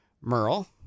Merle